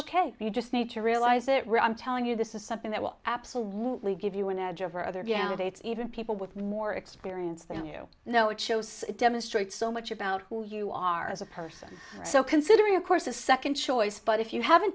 ok you just need to realize it i'm telling you this is something that will absolutely give you an edge over other dates even people with more experience than you know it shows demonstrates so much about who you are as a person so considering of course a second choice but if you haven't